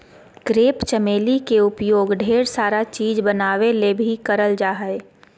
crepe चमेली के उपयोग ढेर सारा चीज़ बनावे ले भी करल जा हय